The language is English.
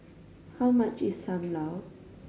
how much is Sam Lau